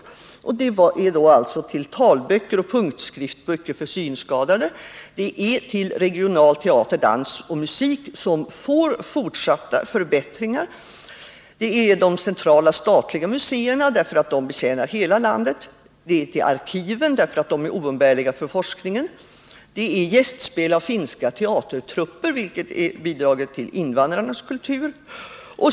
Det har satsats på talböcker och punktskriftsböcker för synskadade. Regional teater, dans och musik får fortsatta förbättringar. En satsning har gjorts på de centrala statliga museerna därför att de betjänar hela landet. Det gäller också arkiven, som är oumbärliga för forskningen. Vidare har gästspel av finska teatergrupper prioriterats, vilket bidrar till invandrarnas kultur.